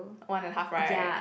one and a half right